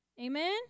Amen